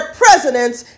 presidents